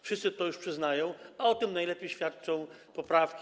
Wszyscy to już przyznają, a o tym najlepiej świadczą poprawki.